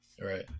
Right